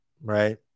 right